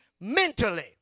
mentally